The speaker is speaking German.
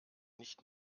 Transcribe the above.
nicht